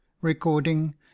Recording